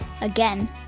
Again